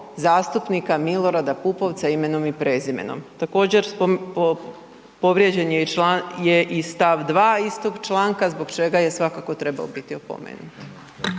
zastupnika Milorada Pupovca imenom i prezimenom. Također povrijeđen je i st. 2. istog članka zbog čega je svakako trebao biti opomenut.